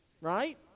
right